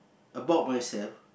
about myself